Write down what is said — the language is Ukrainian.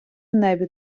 небі